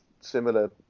similar